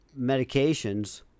medications